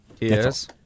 Yes